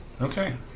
Okay